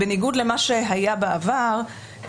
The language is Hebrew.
בניגוד למה שהיה בעבר,